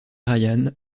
ryan